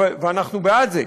ואנחנו בעד זה.